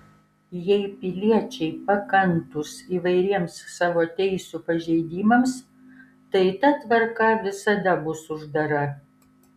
jei piliečiai pakantūs įvairiems savo teisių pažeidimams tai ta tvarka visada bus uždara